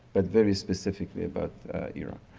but very specifically about europe.